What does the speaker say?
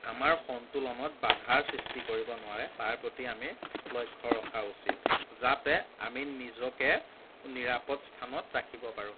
আমাৰ সন্তোলনত বাধাৰ সৃষ্টি কৰিব নোৱাৰে তাৰ প্ৰতি আমি লক্ষ্য ৰখা উচিত যাতে আমি নিজকে নিৰাপদ স্থানত ৰাখিব পাৰোঁ